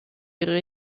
ihre